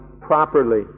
properly